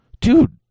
dude